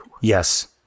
Yes